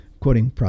quoting